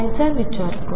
चा विचार करू